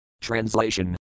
Translation